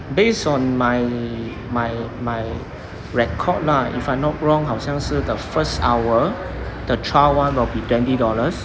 based on my my my record lah if I'm not wrong 好像是 the first hour the trial run will be twenty dollars